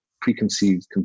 preconceived